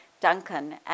Duncan